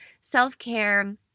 self-care